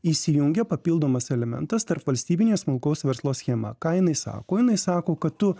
įsijungia papildomas elementas tarpvalstybinė smulkaus verslo schema ką jinai sako jinai sako kad tu